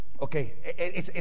Okay